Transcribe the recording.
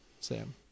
Sam